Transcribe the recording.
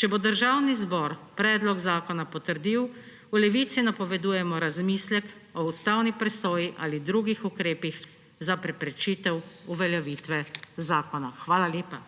Če bo Državni zbor predlog zakona potrdil, v Levici napovedujemo razmislek o ustavni presoji ali drugih ukrepih za preprečitev uveljavitve zakona. Hvala lepa.